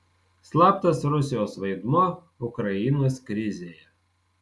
slaptas rusijos vaidmuo ukrainos krizėje